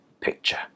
picture